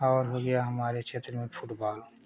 और हो गया हमारे क्षेत्र में फुटबॉल